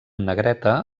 negreta